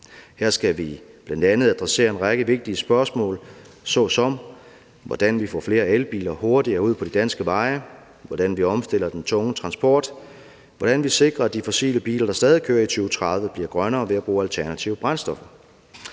Her skal vi blandt andet adressere en række vigtige spørgsmål, såsom hvordan vi får flere elbiler hurtigere ud på de danske veje, hvordan vi omstiller den tunge transport, og hvordan vi sikrer, at de fossile biler, der stadig kører i 2030, bliver grønnere ved at bruge alternative brændstoffer.